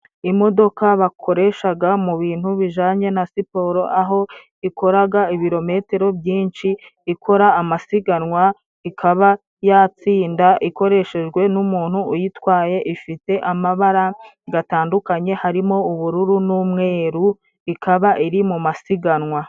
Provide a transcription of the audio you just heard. Imodoka bakoreshaga mu bintu bijyanye na siporo aho ikoraga ibirometero byinshi, ikora amasiganwa. ikaba yatsinda ikoreshejwe n'umuntu uyitwaye. Ifite amabara gatandukanye harimo ubururu n'umweru, ikaba iri mu masiganwa.